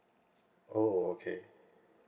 oh okay